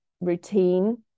routine